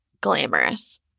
glamorous